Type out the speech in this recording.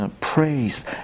Praise